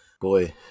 boy